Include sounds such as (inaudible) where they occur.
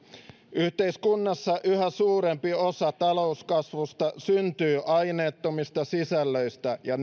yhteiskunnassa yhä suurempi osa talouskasvusta syntyy aineettomista sisällöistä ja (unintelligible)